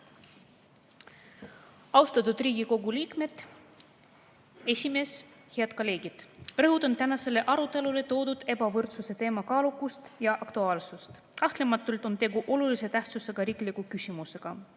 Austatud Riigikogu liikmed! Esimees! Head kolleegid! Rõhutan tänasele arutelule toodud ebavõrdsuse teema kaalukust ja aktuaalsust. Kahtlematult on tegu olulise tähtsusega riikliku küsimusega.